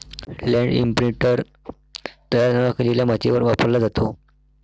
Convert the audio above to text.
land imprinter तयार न केलेल्या मातीवर वापरला जातो